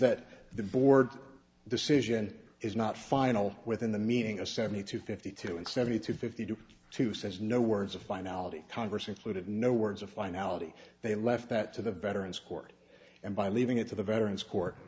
that the board's decision is not final within the meaning a seventy two fifty two and seventy two fifty two two says no words of finality congress included no words of finality they left that to the veterans court and by leaving it to the veterans court